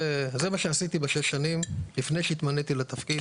זה מה שעשיתי בשש השנים לפני שהתמניתי לתפקיד.